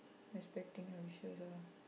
respecting your wishes ah